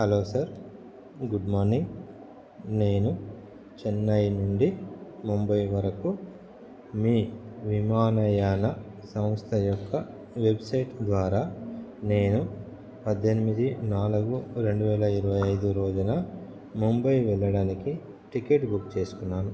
hello sir good morning నేను చెన్నై నుండి ముంబై వరకు మీ విమానయాన సంస్థ యొక్క వెబ్సైట్ ద్వారా నేను పద్దెనిమిది నాలుగు రెండువేల ఇరవై ఐదు రోజున ముంబై వెళ్ళడానికి టికెట్ బుక్ చేసుకున్నాను